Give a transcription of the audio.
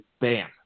bam